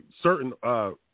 certain